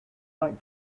like